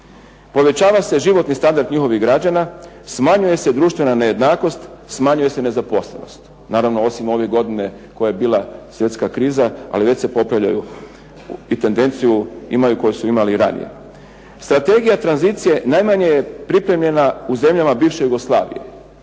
Povećava se životni standard njihovih građana, smanjuje se društvena nejednakost, smanjuje se nezaposlenost. Naravno osim ove godine koja je bila svjetska kriza, ali već se popravljaju i tendenciju imaju koju su imali i ranije. Strategija tranzicije najmanje je pripremljena u zemljama bivše Jugoslavije.